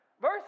Verse